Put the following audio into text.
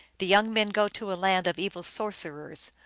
the young men go to a land of evil sorcerers,